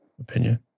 opinion